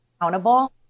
accountable